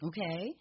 Okay